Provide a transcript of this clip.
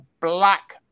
Black